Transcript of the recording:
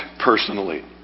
personally